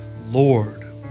Lord